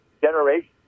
generation